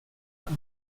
have